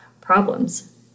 problems